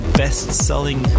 best-selling